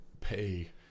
pay